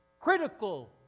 Critical